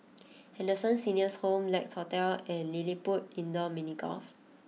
Henderson Senior's Home Lex Hotel and LilliPutt Indoor Mini Golf